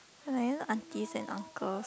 those like you know aunties and uncles